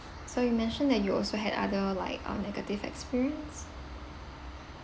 so you mentioned that you also had other like uh negative experience